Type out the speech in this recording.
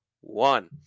one